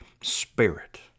spirit